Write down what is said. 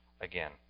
again